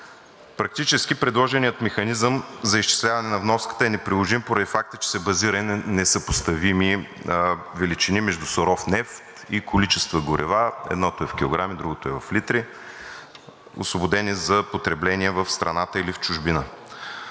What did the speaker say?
Практически предложеният механизъм за изчисляване на вноската е неприложим поради факта, че се базира и на несъпоставими величини – между суров нефт и количества горива – едното е в килограми, другото е в литри, освободени за потребление в страната или в чужбина.